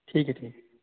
ٹھیک ہے ٹھیک ہے